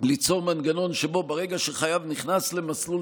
ליצור מנגנון שבו ברגע שחייב נכנס למסלול